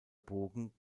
bogen